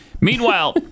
Meanwhile